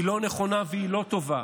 היא לא נכונה והיא לא טובה,